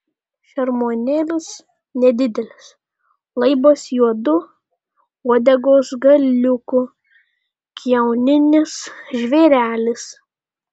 šermuonėlis nedidelis laibas juodu uodegos galiuku kiauninis žvėrelis